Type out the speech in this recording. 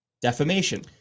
defamation